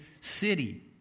city